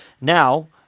Now